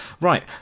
right